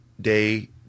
day